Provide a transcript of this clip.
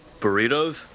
burritos